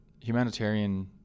humanitarian